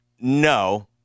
No